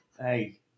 Hey